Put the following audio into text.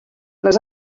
les